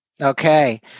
Okay